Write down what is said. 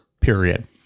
period